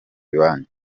banki